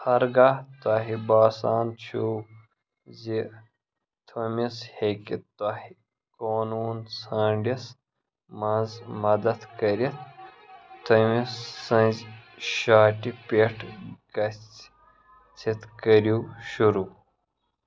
ہرگاہ تۄہہِ باسان چھُو زِ تھٔومِس ہیٚکہِ تۄہہِ قونوٗن ژھٲنٛڈِس منٛز مدتھ کٔرِتھ تٔمہِ سٕنٛزِ شاٹہِ پٮ۪ٹھ گژھِ ژھِتھ كٔرِو شروع